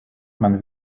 man